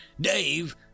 Dave